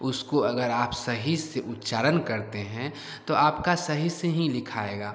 उसको अगर आप सही से उच्चारण करते हैं तो आपका सही से हीं लिखाएगा